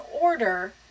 order